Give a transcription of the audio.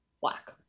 Black